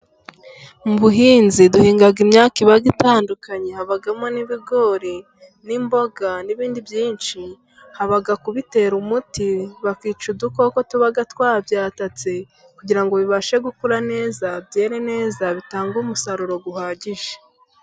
Mu buhinzi duhinga imyaka iba itandukanye, habamo n'ibigori n'imboga, n'ibindi byinshi, haba kubitera umuti bakica udukoko tuba twabyatatse, kugira ngo bibashe gukura neza, byere neza bitange umusaruro uhagije.